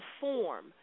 form